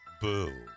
Boo